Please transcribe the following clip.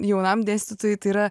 jaunam dėstytojui tai yra